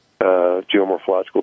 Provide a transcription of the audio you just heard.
geomorphological